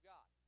God